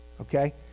Okay